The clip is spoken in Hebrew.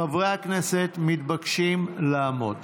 חברי הכנסת מתבקשים לעמוד.